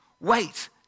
Wait